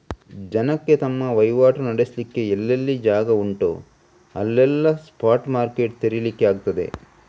ಜನಕ್ಕೆ ತಮ್ಮ ವೈವಾಟು ನಡೆಸ್ಲಿಕ್ಕೆ ಎಲ್ಲೆಲ್ಲ ಜಾಗ ಉಂಟೋ ಅಲ್ಲೆಲ್ಲ ಸ್ಪಾಟ್ ಮಾರ್ಕೆಟ್ ತೆರೀಲಿಕ್ಕೆ ಆಗ್ತದೆ